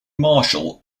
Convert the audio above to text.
marshall